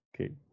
Okay